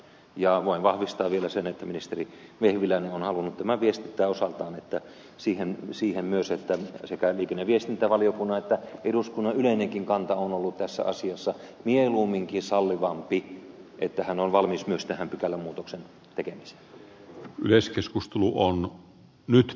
ja voin vahvistaa vielä sen että ministeri vehviläinen on halunnut viestittää osaltaan myös että sekä liikenne ja viestintävaliokunnan että eduskunnan yleinenkin kanta on ollut tässä asiassa mieluumminkin sallivampi että hän on valmis myös tähän pykälämuutoksen tekemiseen